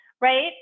right